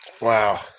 Wow